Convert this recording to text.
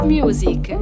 music